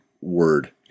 word